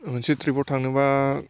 मोनसे ट्रिप आव थांनोबा